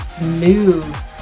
move